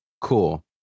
Cool